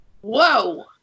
Whoa